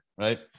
right